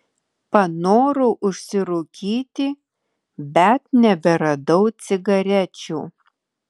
panorau užsirūkyti bet neberadau cigarečių